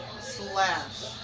Slash